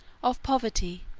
of poverty,